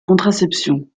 contraception